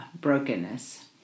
brokenness